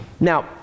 Now